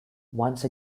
once